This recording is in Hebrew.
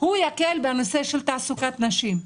הוא יקל בנושא של תעסוקת נשים,